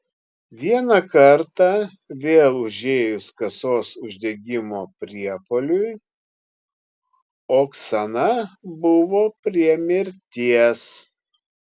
vieną kartą vėl užėjus kasos uždegimo priepuoliui oksana buvo prie mirties